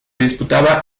disputaba